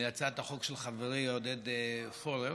להצעת החוק של חברי עודד פורר.